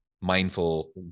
mindful